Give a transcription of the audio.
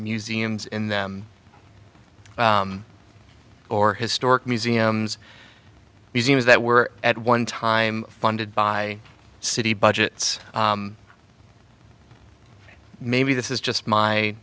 museums in them or historic museums museums that were at one time funded by city budgets maybe this is just my